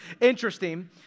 interesting